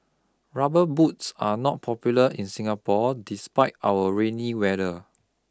rubber boots are not popular in Singapore despite our rainy weather